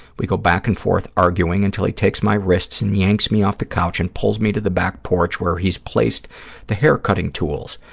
we go back and forth arguing, until he takes my wrists and yanks me off the couch and pulls me to the back porch where he's placed the hair-cutting tools.